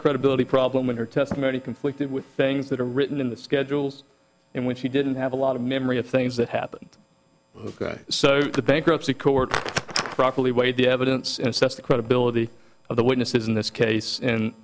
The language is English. credibility problem in her testimony conflicted with things that are written in the schedules in which she didn't have a lot of memory of things that happened so the bankruptcy court properly weighed the evidence and said the credibility of the witnesses in this case